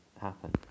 happen